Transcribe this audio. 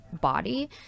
body